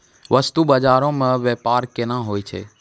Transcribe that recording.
बस्तु बजारो मे व्यपार केना होय छै?